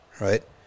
right